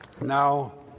now